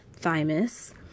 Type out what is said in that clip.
thymus